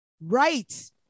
right